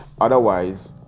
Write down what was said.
otherwise